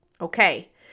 Okay